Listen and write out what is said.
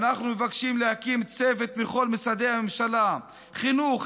אנחנו מבקשים להקים צוות בכל משרדי הממשלה חינוך,